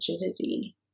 rigidity